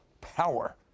Power